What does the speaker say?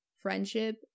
friendship